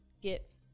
get